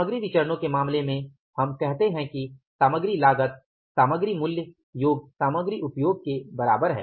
सामग्री विचरणो के मामले में हम कहते हैं कि सामग्री लागत एमसीवी सामग्री मूल्य एमपीवी योग सामग्री उपयोग एमयूवी के बराबर है